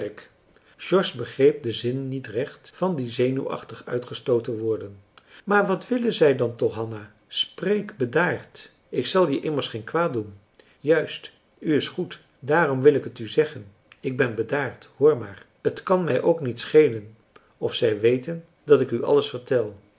george begreep den zin niet recht van die zenuwachtig uitgestooten woorden maar wat willen zij dan toch hanna spreek bedaard ik zal je immers geen kwaad doen juist u is goed daarom wil ik t u zeggen ik ben bedaard hoor maar t kan mij ook niet schelen of zij weten dat ik u alles vertel